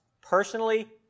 personally